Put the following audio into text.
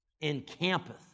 encampeth